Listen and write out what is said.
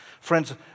Friends